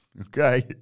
Okay